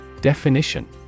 Definition